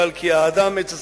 אבל "כי האדם עץ השדה",